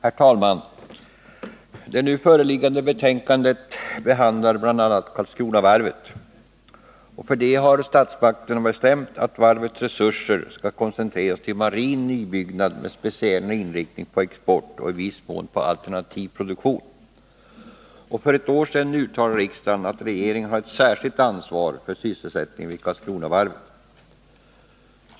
Herr talman! Det nu föreliggande betänkandet behandlar bl.a. Karlskronavarvet. För detta har statsmakterna bestämt att varvets resurser skall koncentreras till marin nybyggnad med speciell inriktning på export och i viss mån på alternativ produktion. Och för ett år sedan uttalade riksdagen att regeringen har ett särskilt ansvar för sysselsättningen vid Karlskronavarvet.